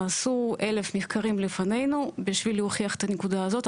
נעשו אלף נחקרים לפנינו בשביל להוכיח את הנקודה הזאת,